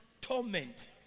torment